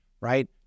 right